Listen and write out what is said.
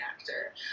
actor